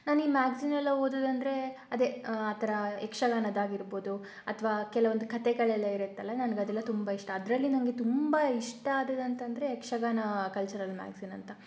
ನಾನು ಈ ಮ್ಯಾಗಝೀನ್ ಎಲ್ಲ ಓದುವುದು ಅಂದರೆ ಅದೇ ಆ ಥರ ಯಕ್ಷಗಾನದ್ದು ಆಗಿರಬಹುದು ಅಥವಾ ಕೆಲವೊಂದು ಕಥೆಗಳೆಲ್ಲ ಇರತ್ತಲ್ಲ ನನಗದೆಲ್ಲ ತುಂಬಾ ಇಷ್ಟ ಅದರಲ್ಲಿ ನನಗೆ ತುಂಬ ಇಷ್ಟ ಆದದ್ದು ಅಂತಂದರೆ ಯಕ್ಷಗಾನ ಕಲ್ಚರಲ್ ಮ್ಯಾಗಝೀನ್ ಅಂತ